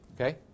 Okay